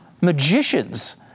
magicians